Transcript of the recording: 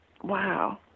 wow